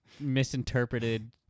misinterpreted